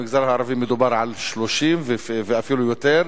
במגזר הערבי מדובר על 30 ואפילו יותר,